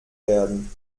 werden